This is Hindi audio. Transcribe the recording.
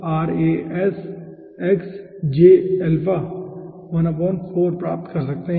तब हम यह प्राप्त कर सकते हैं